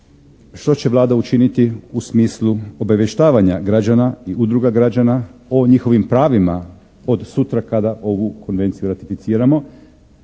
što će Vlada učiniti u smislu obavještavanja građana i udruga građana o njihovim pravima od sutra kada ovu konvenciju ratificiramo?